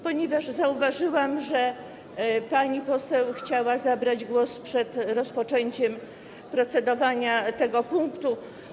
Ponieważ zauważyłam, że pani poseł chciała zabrać głos przed rozpoczęciem procedowania nad tym punktem.